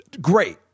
great